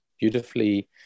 beautifully